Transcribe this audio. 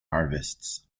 harvests